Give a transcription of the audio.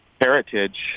heritage